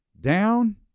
down